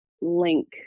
link